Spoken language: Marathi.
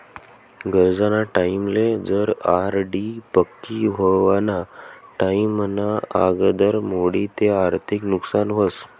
गरजना टाईमले जर का आर.डी पक्की व्हवाना टाईमना आगदर मोडी ते आर्थिक नुकसान व्हस